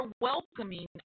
welcoming